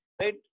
right